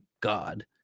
god